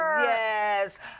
Yes